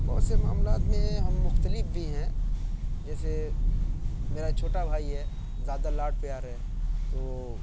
بہت سے معاملات میں ہم مختلف بھی ہیں جیسے میرا چھوٹا بھائی ہے زیادہ لاڈ پیار ہے تو